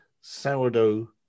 sourdough